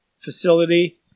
facility